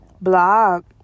blog